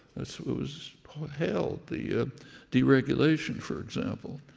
it was hailed, the deregulation, for example,